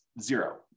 zero